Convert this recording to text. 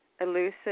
elusive